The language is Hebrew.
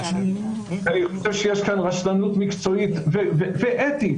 אני חושב שיש כאן רשלנות מקצועית ואתית,